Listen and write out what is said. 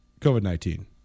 COVID-19